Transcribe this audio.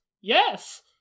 Yes